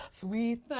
sweet